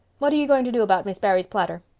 what are you going to do about miss barry's platter?